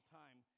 time